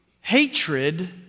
Hatred